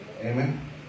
Amen